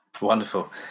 Wonderful